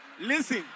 Listen